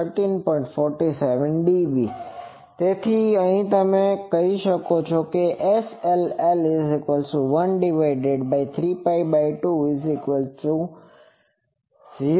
47db તેથી અહીંથી તમે એમ કહી શકો છો કે SLL13π2